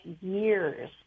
years